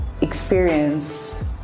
experience